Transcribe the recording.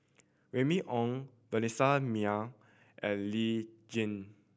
Remy Ong Vanessa Mae and Lee Tjin